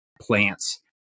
plants